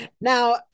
Now